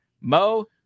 Mo